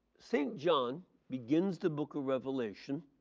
st. john begins the book of revelation